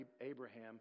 Abraham